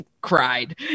cried